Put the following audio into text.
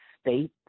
State